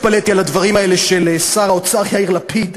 התפלאתי על הדברים האלה של שר האוצר יאיר לפיד,